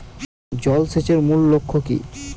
জল সেচের মূল লক্ষ্য কী?